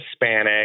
Hispanic